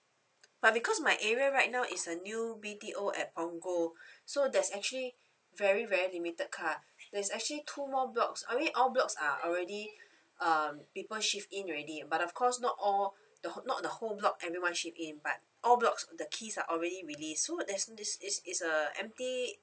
but because my area right now is a new B_T_O at punggol so there's actually very very limited car there's actually two more blocks I mean all blocks are already um people shift in already but of course not all the wh~ not the whole block everyone shift in but all blocks the keys are already release so there's this it's it's a empty